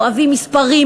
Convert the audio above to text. מספרים,